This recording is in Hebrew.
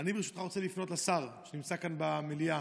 אני ברשותך רוצה לפנות לשר שנמצא כאן במליאה,